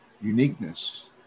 uniqueness